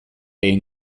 egin